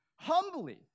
humbly